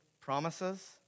promises